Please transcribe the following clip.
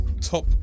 top